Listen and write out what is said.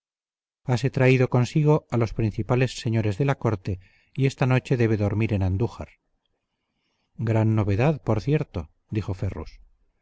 hase traído consigo a los principales señores de la corte y esta noche debe dormir en andújar gran novedad por cierto dijo ferrus